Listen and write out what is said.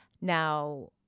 Now